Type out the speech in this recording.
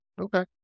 okay